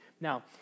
Now